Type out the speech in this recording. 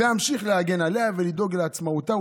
ואמשיך להגן עליה ולדאוג לעצמאותה,